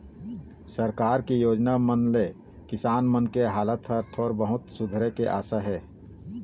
सरकार के योजना मन ले किसान मन के हालात ह थोर बहुत सुधरे के आसा हे